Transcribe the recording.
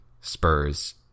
Spurs